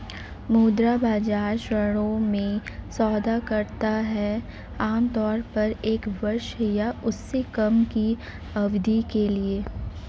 मुद्रा बाजार ऋणों में सौदा करता है आमतौर पर एक वर्ष या उससे कम की अवधि के लिए